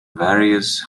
various